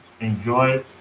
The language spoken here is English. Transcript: Enjoy